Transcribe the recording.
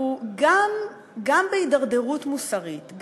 גם בהידרדרות מוסרית,